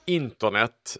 internet